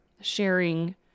sharing